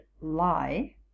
lie